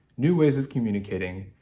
new ways of communicating,